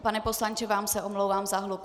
Pane poslanče, vám se omlouvám za hluk.